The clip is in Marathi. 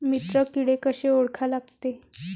मित्र किडे कशे ओळखा लागते?